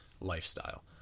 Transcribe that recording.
lifestyle